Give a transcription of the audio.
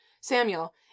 Samuel